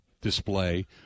display